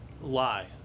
lie